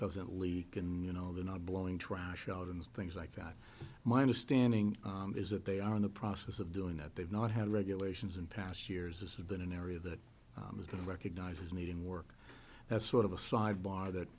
doesn't leak and you know they're not blowing trash out and things like that my understanding is that they are in the process of doing that they've not had regulations in past years this has been an area that has been recognized as needing work that's sort of a side bar that